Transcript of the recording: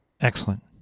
Excellent